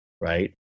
right